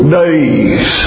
days